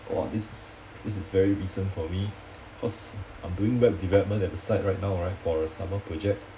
!wah! this is this is very recent for me cause I'm doing web development at the site right now right for a summer project